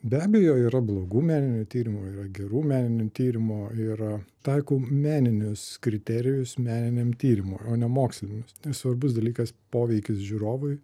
be abejo yra blogų meninių tyrimų yra gerų meninių tyrimų ir taikom meninius kriterijus meniniam tyrimui o ne mokslinius svarbus dalykas poveikis žiūrovui